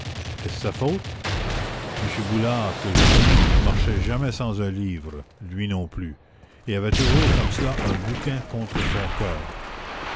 sa faute m boulard que j'ai connu ne marchait jamais sans un livre lui non plus et avait toujours comme cela un bouquin contre son coeur